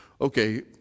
okay